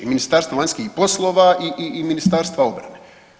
I Ministarstvo vanjskih poslova i Ministarstva obrane.